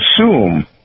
assume